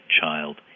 child